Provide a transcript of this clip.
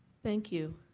thank you.